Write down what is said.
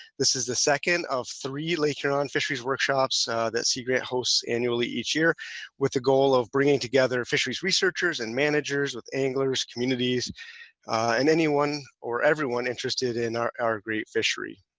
this is the second of three lake huron fisheries workshops that sea grant hosts annually each year with the goal of bringing together fisheries researchers and managers, with anglers, communities and anyone or everyone interested in our our great fishery.